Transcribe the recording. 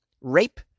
rape